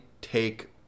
take